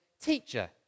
teacher